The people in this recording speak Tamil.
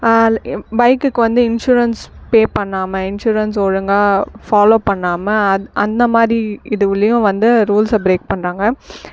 பைக்குக்கு வந்து இன்சூரன்ஸ் பே பண்ணாமல் இன்சூரன்ஸ் ஒழுங்காக ஃபாலோவ் பண்ணாமல் அந் அந்த மாதிரி இதுலையும் வந்து ரூல்ஸை பிரேக் பண்ணுறாங்க